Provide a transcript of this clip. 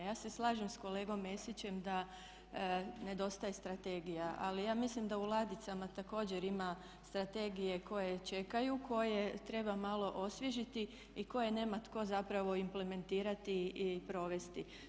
Ja se slažem sa kolegom Mesićem da nedostaje strategija, ali ja mislim da u ladicama također ima strategije koje čekaju, koje treba malo osvježiti i koje nema tko zapravo implementirati i provesti.